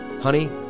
honey